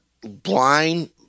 blind